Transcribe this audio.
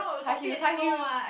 high heel high heel